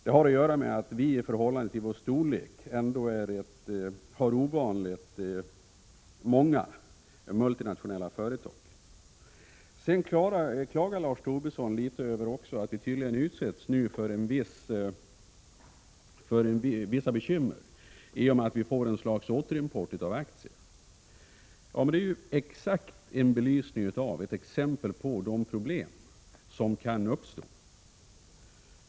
Det har att göra med att vi i förhållande till vår storlek har ovanligt många multinationella företag. Lars Tobisson klagar sedan litet över att vi får bekymmer i och med att vi tydligen utsätts för ett slags återimport av aktier. Det är ett exempel på de problem som kan uppstå.